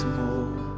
more